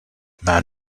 man